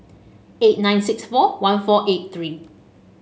eight nine six four one four eight three